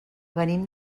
venim